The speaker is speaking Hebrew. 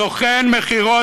סוכן מכירות,